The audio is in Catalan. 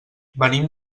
venim